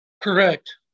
Correct